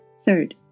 Third